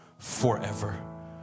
forever